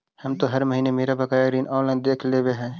हम तो हर महीने मेरा बकाया ऋण ऑनलाइन देख लेव हियो